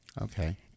Okay